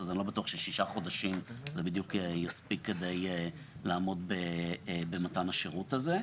אז אני לא בטוח שששה חודשים יספיקו כדי לעמוד במתן השירות הזה.